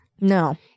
no